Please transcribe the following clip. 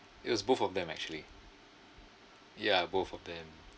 it was both of them actually ya both of them